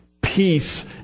Peace